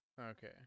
okay